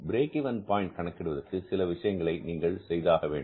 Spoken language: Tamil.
பிரேக் இவென் பாயின்ட் கணக்கிடுவதற்கு சில விஷயங்களை நீங்கள் செய்தாக வேண்டும்